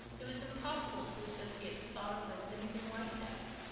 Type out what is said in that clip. it was impossible to associate the thought of her with anything like death.